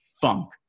funk